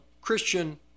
Christian